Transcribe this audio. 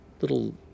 little